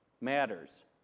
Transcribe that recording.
matters